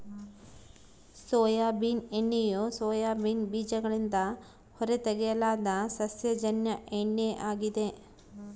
soybean ಎಣ್ಣೆಯು soybean ಬೀಜಗಳಿಂದ ಹೊರತೆಗೆಯಲಾದ ಸಸ್ಯಜನ್ಯ ಎಣ್ಣೆ ಆಗಿದೆ